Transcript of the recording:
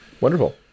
Wonderful